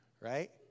Right